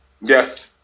Yes